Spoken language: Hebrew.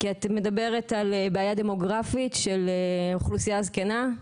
כי את מדברת על בעיה דמוגרפית של אוכלוסייה זקנה,